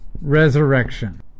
resurrection